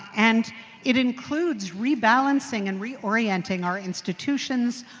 and it includes rebalancing and reorienting our institutions,